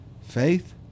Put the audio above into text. Faith